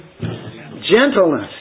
gentleness